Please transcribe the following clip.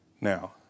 Now